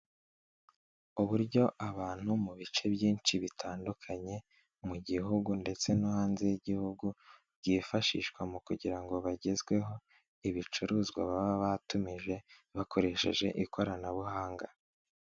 Uburyo abantu mu bice byinshi bitandukanye mu gihugu ndetse no hanze y'igihugu byifashishwa mu kugira ngo bagezweho ibicuruzwa baba batumije bakoresheje ikoranabuhanga.